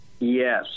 Yes